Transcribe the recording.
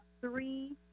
three